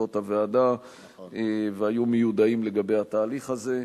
לישיבות הוועדה והיו מיודעים לגבי התהליך הזה.